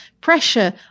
pressure